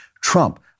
Trump